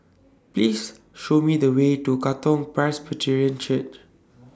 Please Show Me The Way to Katong Presbyterian Church